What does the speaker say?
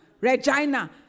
Regina